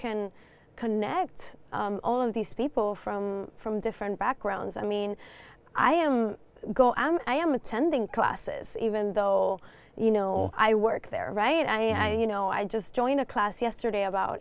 can connect all of these people from from different backgrounds i mean i am go and i am attending classes even though you know i work there right i know i just joined a class yesterday about